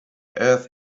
earth